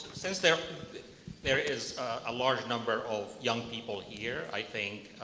since there there is a large number of young people here, i think